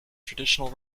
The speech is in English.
traditional